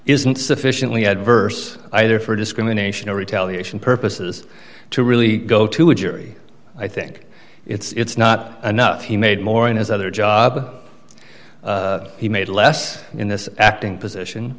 isn't sufficiently adverse either for discrimination or retaliation purposes to really go to a jury i think it's not i know he made more in his other job he made less in this acting position